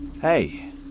Hey